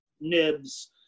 nibs